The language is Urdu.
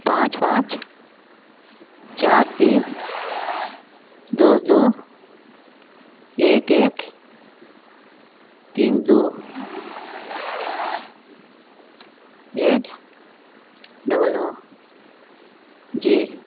پانچ پانچ چار تین دو دو ایک ایک تین دو اینڈ ڈبل نو جی